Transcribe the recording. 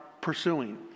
pursuing